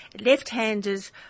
left-handers